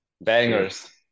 Bangers